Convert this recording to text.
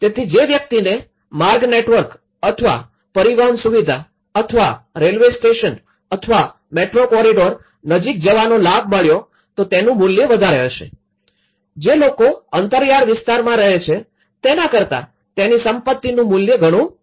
તેથી જે વ્યક્તિને માર્ગ નેટવર્ક અથવા પરિવહન સુવિધા અથવા રેલ્વે સ્ટેશન અથવા મેટ્રો કોરિડોર નજીક જવાનો લાભ મળ્યો તો તેનું મૂલ્ય વધારે હશે જે લોકો અંતરિયાળ વિસ્તારમાં રહે છે તેના કરતા તેની સંપત્તિનું મૂલ્ય ઘણું ઉંચુ છે